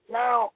now